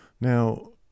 Now